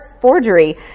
forgery